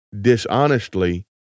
dishonestly